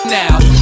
now